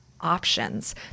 options